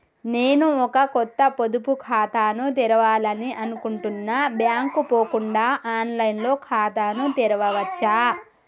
నేను ఒక కొత్త పొదుపు ఖాతాను తెరవాలని అనుకుంటున్నా బ్యాంక్ కు పోకుండా ఆన్ లైన్ లో ఖాతాను తెరవవచ్చా?